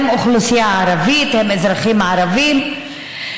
היא אוכלוסייה ערבית והם אזרחים ערבים,